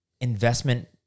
investment